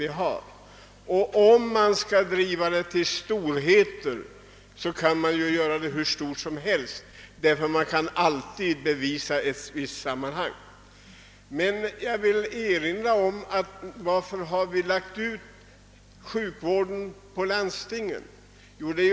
Beträffande storleken av organisationen kan ju denna bli hur betydande som helst eftersom man alltid kan bevisa ett visst samband mellan olika verksamheter. Varför har vi ålagt landstingen sjukvården?